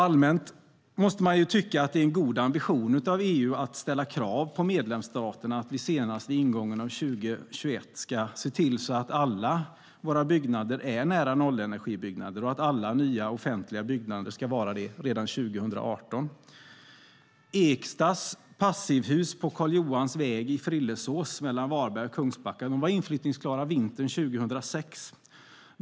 Allmänt måste man tycka att det är en god ambition av EU att ställa krav på medlemsstaterna att senast vid ingången av 2021 se till alla våra byggnader är nära-nollenergibyggnader och att alla nya offentliga byggnader ska vara det redan 2018. Ekstas passivhus på Karl Johans väg i Frillesås mellan Varberg och Kungsbacka var inflyttningsklara vintern 2006.